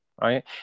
right